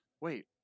Wait